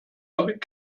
damit